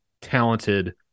talented